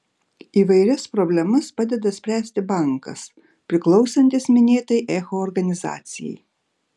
įvairias problemas padeda spręsti bankas priklausantis minėtai echo organizacijai